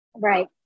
Right